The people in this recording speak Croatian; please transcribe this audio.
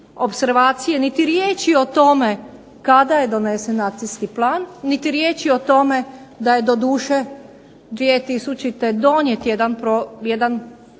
Niti riječi o tome kada je donesen akcijski plan, niti riječi o tome da je doduše 2000. donijet jedan program